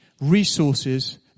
resources